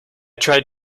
tried